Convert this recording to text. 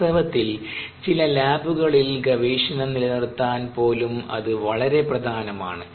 വാസ്തവത്തിൽ ചില ലാബുകളിൽ ഗവേഷണം നിലനിറുത്താൻ പോലും അത് വളരെ പ്രധാനമാണ്